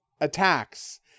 attacks